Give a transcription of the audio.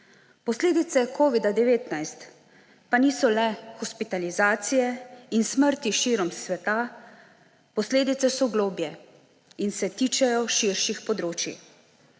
Posledice covida-19 pa niso le hospitalizacije in smrti širom sveta, posledice so globlje in se tičejo širših področij.